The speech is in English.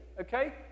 okay